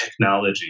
technology